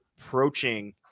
approaching